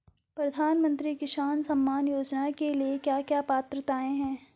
प्रधानमंत्री किसान सम्मान योजना के लिए क्या क्या पात्रताऐं हैं?